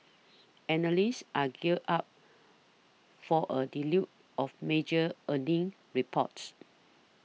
analysts are gear up for a deluge of major earnings reports